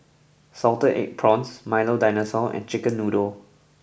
Salted Egg Prawns Milo Dinosaur and Chicken Noodles